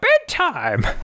bedtime